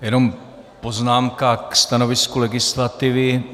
Jenom poznámka ke stanovisku legislativy.